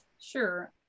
Sure